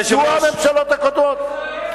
מדוע הממשלות הקודמות,